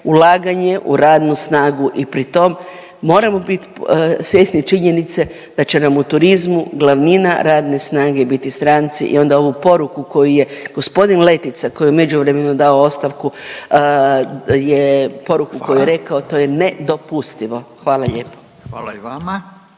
ulaganje u radnu snagu i pritom moramo biti svjesni činjenice da će nam u turizmu glavnina radne snage biti stranci. I onda ovu poruku koju je gospodin Letica koji je u međuvremenu dao ostavku, poruku koju je rekao … …/Upadica Radin: Hvala./…